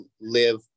live